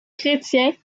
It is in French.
chrétien